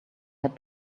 had